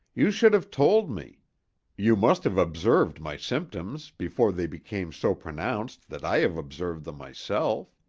you should have told me you must have observed my symptoms before they became so pronounced that i have observed them myself.